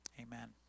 amen